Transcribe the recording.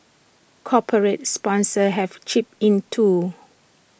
corporate sponsors have chipped in too